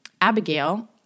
Abigail